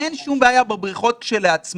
אין שום בעיה בבריכות כשלעצמן,